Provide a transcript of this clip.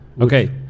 Okay